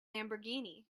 lamborghini